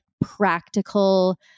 practical